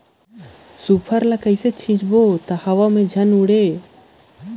Super ल कइसे छीचे सकथन जेमा हवा मे झन उड़े?